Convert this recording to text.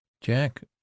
jack